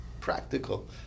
practical